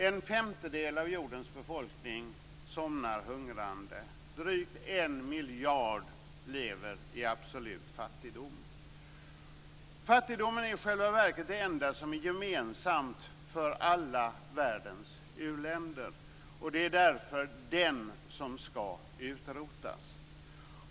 En femtedel av jordens befolkning somnar hungrande. Drygt en miljard lever i absolut fattigdom. Fattigdomen är i själva verket det enda som är gemensamt för alla världens u-länder. Det är därför den skall utrotas.